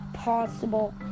possible